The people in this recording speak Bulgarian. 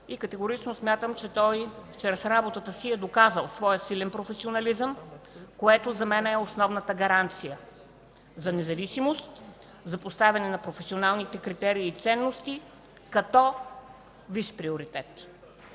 на Сметната палата, че той чрез работата си е доказал своя силен професионализъм, което за мен е основната гаранция за независимост, за поставяне на професионалните критерии и ценности като висш приоритет.